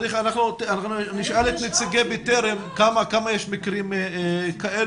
אנחנו נשאל את נציגי 'בטרם' כמה יש מקרים כאלה,